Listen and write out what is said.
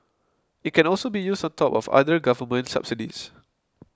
it can also be used on top of other government subsidies